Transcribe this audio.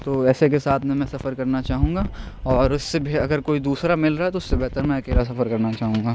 تو ایسے کے ساتھ میں میں سفر کرنا چاہوں گا اور اس سے بھی اگر کوئی دوسرا مل رہا ہے تو اس سے بہتر میں اکیلا سفر کرنا چاہوں گا